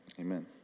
amen